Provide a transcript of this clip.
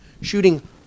shooting